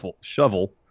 shovel